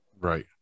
Right